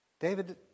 David